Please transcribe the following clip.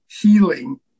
healing